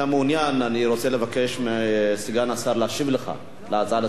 אני רוצה לבקש מסגן השר להשיב לך על ההצעה לסדר-היום שלך.